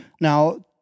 Now